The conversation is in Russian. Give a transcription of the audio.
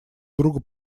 другу